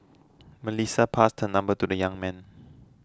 Melissa passed her number to the young man